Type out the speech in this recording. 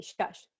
shush